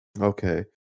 Okay